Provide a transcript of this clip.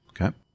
Okay